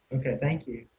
okay, thank you.